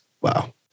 Wow